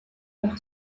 par